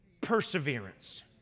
perseverance